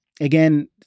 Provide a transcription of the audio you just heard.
again